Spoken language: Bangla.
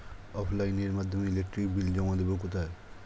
অফলাইনে এর মাধ্যমে ইলেকট্রিক বিল জমা দেবো কোথায়?